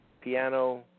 piano